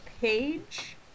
page